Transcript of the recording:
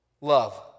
love